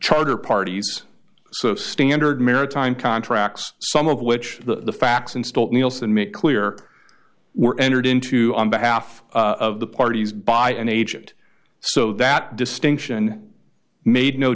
charter parties standard maritime contracts some of which the facts and still nielsen make clear were entered into on behalf of the parties by an agent so that distinction made no